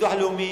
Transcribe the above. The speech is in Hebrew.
לביטוח לאומי?